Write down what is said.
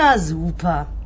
super